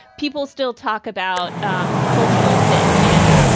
people still talk about um cultural fit in,